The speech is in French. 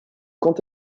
quant